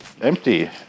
empty